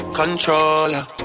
controller